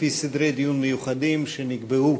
לפי סדרי דיון מיוחדים שנקבעו